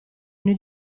ogni